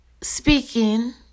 speaking